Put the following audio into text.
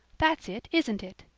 that's it, isn't it?